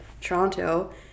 Toronto